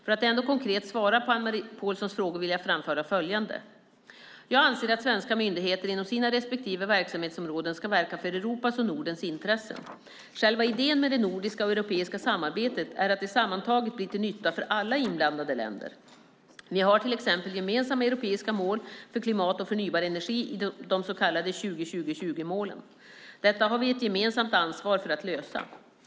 För att ändå konkret svara på Anne-Marie Pålssons frågor vill jag framföra följande. Jag anser att svenska myndigheter inom sina respektive verksamhetsområden ska verka för Europas och Nordens intressen. Själva idén med det nordiska och europeiska samarbetet är att det sammantaget blir till nytta för alla inblandade länder. Vi har till exempel gemensamma europeiska mål för klimat och förnybar energi i de så kallade 20-20-20-målen. Detta har vi ett gemensamt ansvar för att lösa.